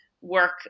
work